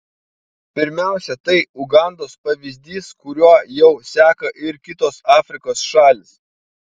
pirmiausia tai ugandos pavyzdys kuriuo jau seka ir kitos afrikos šalys